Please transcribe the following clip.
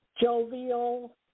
jovial